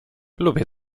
lubię